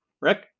Rick